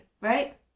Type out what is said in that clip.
right